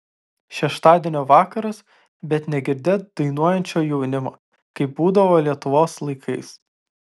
šeštadienio vakaras bet negirdėt dainuojančio jaunimo kaip būdavo lietuvos laikais